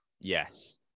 yes